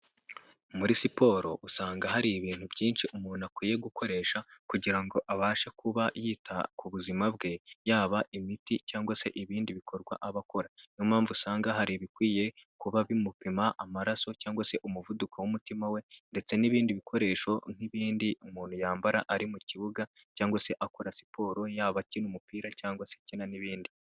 Muri siporo usanga hari ibintu byinshi umuntu akwiye gukoresha kugirango abashe kuba yita ku buzima bwe, yaba imiti cyangwa se ibindi bikorwa aba akora. Niyo mpamvu usanga hari ibikwiye kuba bimupima amaraso cyangwa se umuvuduko w'umutima we ndetse n'ibindi bikoresho nk'ibindi umuntu yambara ari mu kibuga cyangwa se akora siporo yaba akina umupira cyangwa se akina n'ibindi.